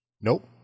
Nope